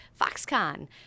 Foxconn